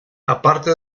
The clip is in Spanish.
aparte